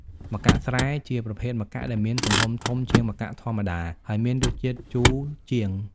ម្កាក់ស្រែ ជាប្រភេទម្កាក់ដែលមានទំហំធំជាងម្កាក់ធម្មតា ហើយមានរសជាតិជូរជាង។